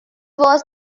was